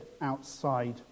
outside